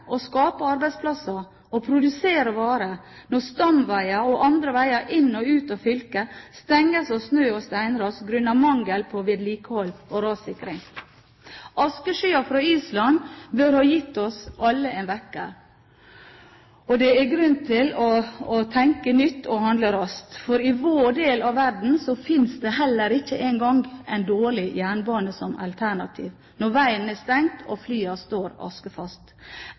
å skape arbeidsplasser og produsere varer når stamveier og andre veier inn og ut av fylket blir stengt av snø og steinras grunnet mangel på vedlikehold og rassikring? Askeskyen fra Island burde ha gitt oss alle en vekker. Det er grunn til å tenke nytt og handle raskt, for i vår del av verden finnes det heller ikke engang en dårlig jernbane som alternativ når veien er stengt og flyene står